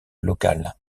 local